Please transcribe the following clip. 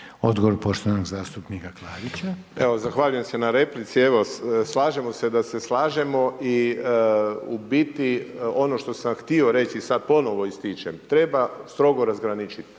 Odgovor poštovanog zastupnika Klarića. **Klarić, Tomislav (HDZ)** Evo, zahvaljujem se na replici, evo slažemo se da se slažemo i u biti ono što sam htio reći i sada ponovno ističem, treba strogo razgraničiti